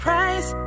Price